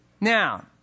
Now